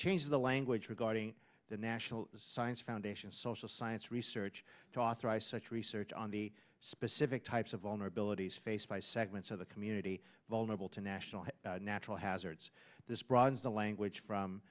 changes the language regarding the national science foundation social science research to authorize such research on the specific types of vulnerabilities faced by segments of the community vulnerable to national natural hazards this broadens the language from